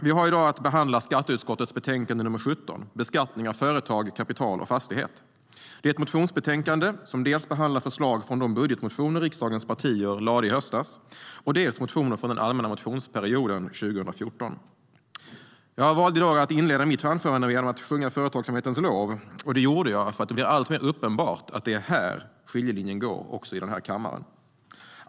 Vi har i dag att behandla skatteutskottets betänkande nr 17, Beskattning av företag, kapital och fastighet . Det är ett motionsbetänkande som dels behandlar förslag från de budgetmotioner riksdagens partier lade fram i höstas, dels behandlar motioner från den allmänna motionsperioden 2014. Jag valde i dag att inleda mitt anförande med att sjunga företagsamhetens lov. Det gjorde jag eftersom det blir alltmer uppenbart att det är här skiljelinjen går också i den här kammaren.